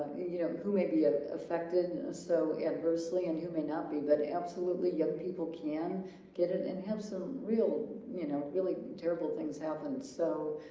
you know who may be ah affected so adversely and who may not be but absolutely young people can get it and have some real you know really terrible things happen so